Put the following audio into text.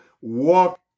walk